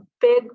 big